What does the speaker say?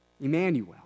Emmanuel